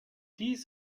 dies